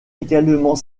également